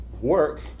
work